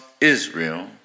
Israel